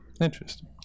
Interesting